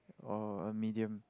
or a medium